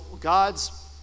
god's